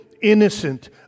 innocent